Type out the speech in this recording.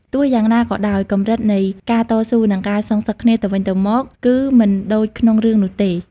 ទោះយ៉ាងណាក៏ដោយ កម្រិតនៃការតស៊ូនិងការសងសឹកគ្នាទៅវិញទៅមកគឺមិនដូចក្នុងរឿងនោះទេ។